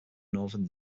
northern